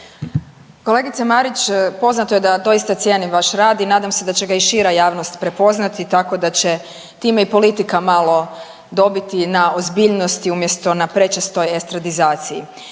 Kolegice Marić, poznato je da doista cijenim vaš rad i nadam se da će ga i šira javnost prepoznati tako da će time i politika malo dobiti na ozbiljnosti umjesto na prečesto estradizaciji.